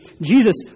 Jesus